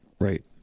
Right